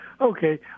Okay